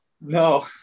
No